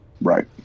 Right